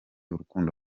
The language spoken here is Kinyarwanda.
urukundo